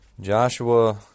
Joshua